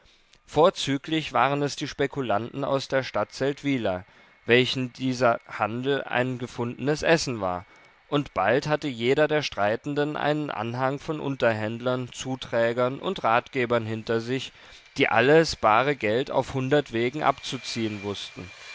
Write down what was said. vorzüglich waren es die spekulanten aus der stadt seldwyla welchen dieser handel ein gefundenes essen war und bald hatte jeder der streitenden einen anhang von unterhändlern zuträgern und ratgebern hinter sich die alles bare geld auf hundert wegen abzuziehen wußten